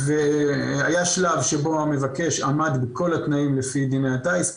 והיה שלב שבו המבקש עמד בכל התנאים לפי דיני הטיס,